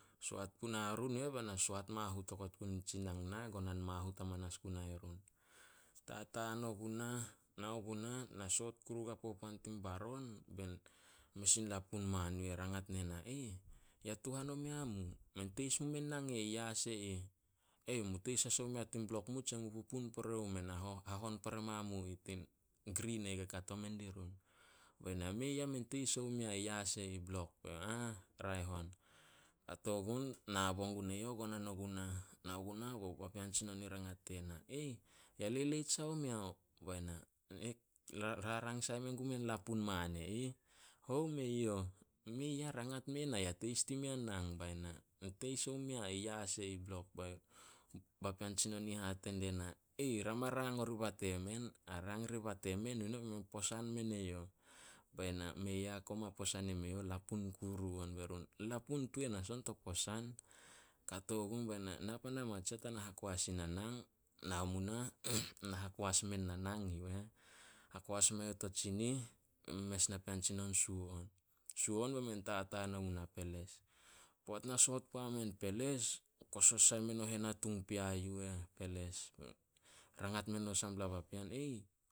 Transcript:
Soat puna run yu eh bai na soat mahut okot gun in nitsi nang na, gonan mahut amanas gunai run. Tataan ogu nah, nao gunah, na soot kuru guai popoan tin baron, bein mes in lapun man yu eh rangat ne na. "Ya tuhan omea mu?" "Men teis mumein nang yas e eh." "Mu teis as omu mea tin blok mu tse mu pupun pore omu meh na hahon pore mamu ih tin grin e ih ke kato men dirun." Bai na, "Mei ah men teis omu mea ih yas e ih blok." "Ah, raeh on." Kato gun nabo gun eyouh gonan ogu nah. Nao gunah bao papean tsinon rangat die na, "Ya leleit sai omeo?" Bai na, "Na rarang sai men gumein lapun man e ih." "Hou me youh?" "Mei ah, rangat mena ya teis dimea in nang." Bai na, "Men teis omu mea ih yas e ih blok." Papean tsinon i ih hate die na, "Rama rang oriba temen. A rang diba temen yu nen be men posan mene youh." Bai na, "Mei ah, koma posan yem eyouh. Lapun kuru on." Be run, "Lapun tuan as on to posan." Kato gun be na, "Na pan ama tsiah tana hakoas in na nang." Nao munah na hakoas men na nang yu eh. Hakoas mae youh to tsinih, mes napean tsinon suo on. Suo on be men tataan omu nai peles. Poat na soot puamen peles, kosos sai men o henatung pea yu eh peles. Rangat men o sampla papean,